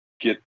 get